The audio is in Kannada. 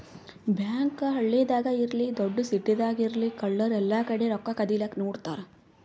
ಬ್ಯಾಂಕ್ ಹಳ್ಳಿದಾಗ್ ಇರ್ಲಿ ದೊಡ್ಡ್ ಸಿಟಿದಾಗ್ ಇರ್ಲಿ ಕಳ್ಳರ್ ಎಲ್ಲಾಕಡಿ ರೊಕ್ಕಾ ಕದಿಲಿಕ್ಕ್ ನೋಡ್ತಾರ್